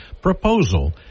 proposal